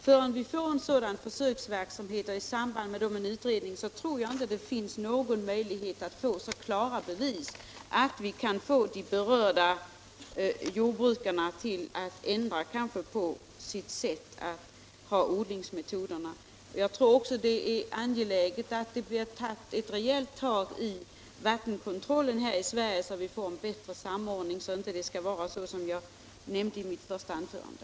Innan vi får en sådan försöksverksamhet och i samband med den en utredning tror jag inte det är möjligt att få så klara bevis att vi kan få de berörda jordbrukarna att ändra på sina odlings "metoder. Jag tror också att det är angeläget att det tas ett rejält tag i fråga om vattenkontrollen i Sverige så att vi får en bättre samordning —- det får inte vara så som jag nämnde i mitt första anförande.